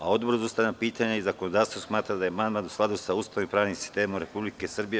Odbor za ustavna pitanja i zakonodavstvo smatra da je amandman u skladu sa Ustavom i pravnim sistemom Republike Srbije.